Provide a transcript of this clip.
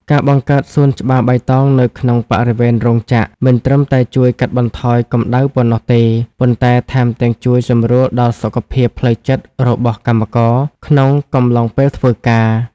ការបង្កើតសួនច្បារបៃតងនៅក្នុងបរិវេណរោងចក្រ មិនត្រឹមតែជួយកាត់បន្ថយកម្ដៅប៉ុណ្ណោះទេ ប៉ុន្តែថែមទាំងជួយសម្រួលដល់សុខភាពផ្លូវចិត្តរបស់កម្មករក្នុងកំឡុងពេលធ្វើការ។